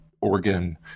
organ